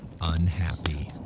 unhappy